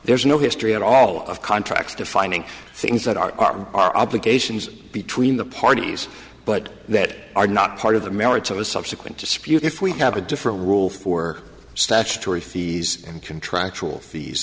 there's no history at all of contracts defining things that are our obligations between the parties but that are not part of the merits of a subsequent dispute if we have a different rule for statutory fees and contractual fees